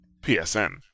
PSN